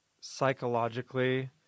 psychologically